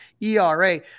ERA